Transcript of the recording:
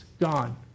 Gone